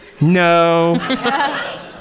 No